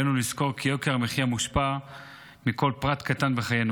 עלינו לזכור כי יוקר המחיה מושפע מכל פרט קטן בחיינו.